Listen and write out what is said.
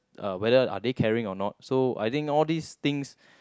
uh whether are they caring or not so I think all these things